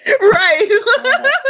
right